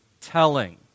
telling